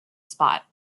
spot